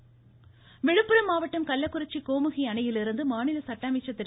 சண்முகம் விழுப்புரம் மாவட்டம் கள்ளக்குறிச்சி கோமுகி அணையிலிருந்து மாநில சட்ட அமைச்சர் திரு